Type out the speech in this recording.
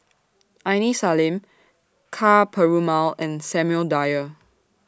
Aini Salim Ka Perumal and Samuel Dyer